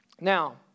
Now